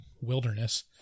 wilderness